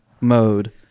mode